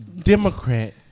Democrat